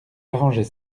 arrangeait